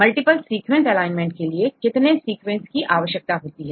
multiple sequence alignment के लिए कितने सीक्वेंस की आवश्यकता होती है